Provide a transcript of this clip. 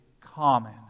common